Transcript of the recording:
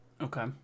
Okay